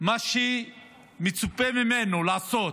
מה שמצופה ממנו לעשות,